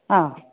অঁ